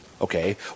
okay